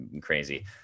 crazy